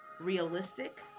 realistic